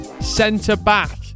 centre-back